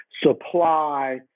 supply